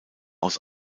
aus